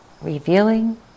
revealing